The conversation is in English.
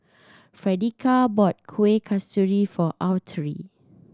Fredericka bought Kuih Kasturi for Autry